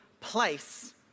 place